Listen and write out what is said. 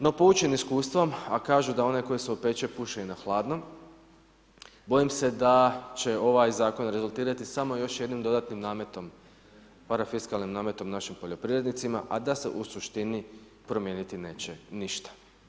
No poučen iskustvom, a kažu da onaj koji se opeče, puše i na hladno, bojim se da će ovaj zakon rezultirati samo još jednim dodatnim nametom, parafiskalnim nametom našim poljoprivrednicima a da se u suštini promijeniti neće ništa.